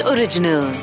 Original